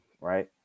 Right